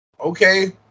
okay